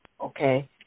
okay